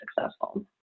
successful